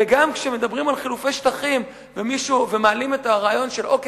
וגם כשמדברים על חילופי שטחים ומעלים את הרעיון של: אוקיי,